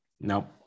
nope